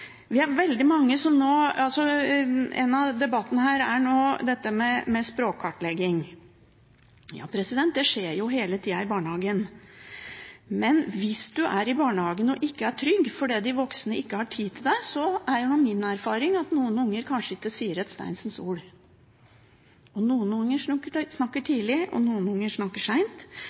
En av debattene her er dette med språkkartlegging. Ja, det skjer jo hele tida i barnehagen. Men hvis du er i barnehagen og ikke er trygg fordi de voksne ikke har tid til deg, er min erfaring at noen unger kanskje ikke sier et steinsens ord. Noen unger snakker tidlig, noen unger snakker seint, og gode og nok barnehagelærere behersker veldig mange metoder som gjør at barn knekker kodene tidligere, og